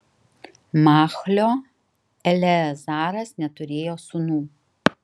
machlio eleazaras neturėjo sūnų